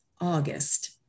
August